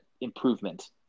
improvement